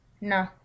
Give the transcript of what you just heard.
No